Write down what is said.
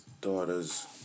daughters